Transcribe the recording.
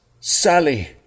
Sally